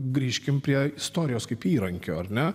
grįžkim prie istorijos kaip įrankio ar ne